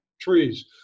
trees